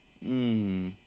嗯